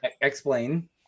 explain